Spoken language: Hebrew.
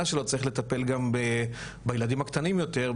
שלו צריך לטפל גם בילדים הקטנים יותר,